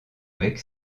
avec